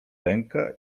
ręka